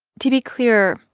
to be clear,